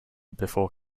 before